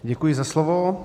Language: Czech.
Děkuji za slovo.